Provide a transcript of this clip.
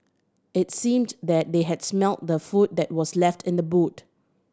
it seemed that they had smelt the food that was left in the boot